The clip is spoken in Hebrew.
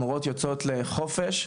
המורות יוצאות לחופש.